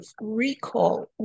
recall